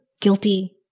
guilty